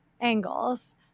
Angles